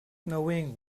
knowing